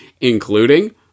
including